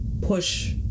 push